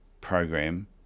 program